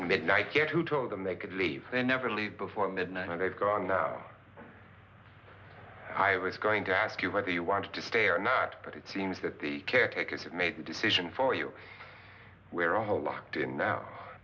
midnight here who told them they could leave they never leave before midnight and they've gone now i was going to ask you whether you wanted to stay or not but it seems that the caretaker just made the decision for you where are the locked in now